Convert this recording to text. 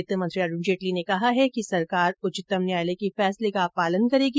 वित्तमंत्री अरूण जेटली ने कहा है कि सरकार उच्चतम न्यायालय के फैसले का पालन करेगी